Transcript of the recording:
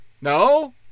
No